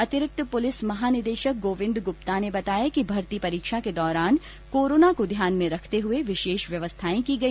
अतिरिक्त पुलिस महानिदेशक गोविंद गुप्ता ने बताया कि भर्ती परीक्षा के दौरान कोरोना को ध्यान में रखते हए विशेष व्यवस्थाएं की गई